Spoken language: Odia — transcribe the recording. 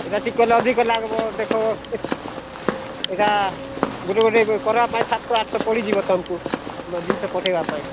ଏଇଟା ଟିକେ ଅଧିକ ଲାଗିବ ଦେଖ ଏଇଟା ଗୋଟିଏ ଗୋଟିଏ କରିବା ପାଇଁ ସାତଶହ ଆଠଶହ ପଡ଼ିଯିବ ତମକୁ ଜିନିଷ ପଠାଇବା ପାଇଁ